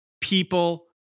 people